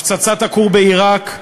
הפצצת הכור בעיראק,